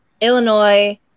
Illinois